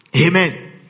Amen